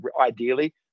ideally